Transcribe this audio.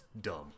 dumb